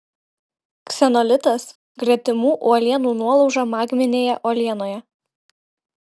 ksenolitas gretimų uolienų nuolauža magminėje uolienoje